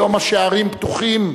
היום השערים פתוחים,